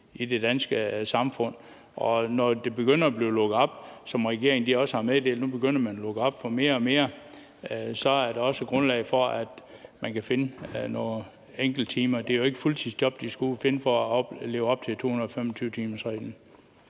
i det danske samfund, og når der begynder at blive lukket op – regeringen har meddelt, at nu begynder der at blive lukket op for mere og mere – er der også grundlag for, at man kan finde nogle enkelte timer. Det er jo ikke et fuldtidsjob, de skal ud at finde for at leve op til 225-timersreglen.